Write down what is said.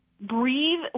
breathe